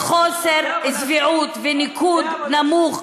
חיילות לא נכנסות אליה לוועדה, לפחות אני נכנס.